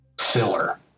filler